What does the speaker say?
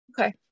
Okay